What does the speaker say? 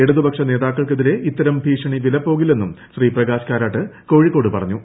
ഇടതുപക്ഷ നേതാക്കൾക്കെതിരെ ഇത്തരം ഭീഷണി വിലപ്പോവില്ലെന്നും ശ്രീ പ്രകാശ് കാരാട്ട് കോഴിക്കോട് പറഞ്ഞു